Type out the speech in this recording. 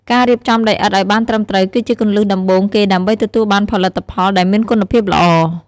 ការរៀបចំដីឥដ្ឋឲ្យបានត្រឹមត្រូវគឺជាគន្លឹះដំបូងគេដើម្បីទទួលបានផលិតផលដែលមានគុណភាពល្អ។